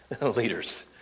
leaders